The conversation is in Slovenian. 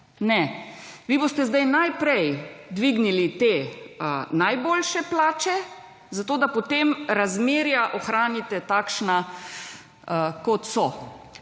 Ne. Vi boste sedaj najprej dvignili te najboljše plače, zato da potem razmerja ohranite takšna kot so.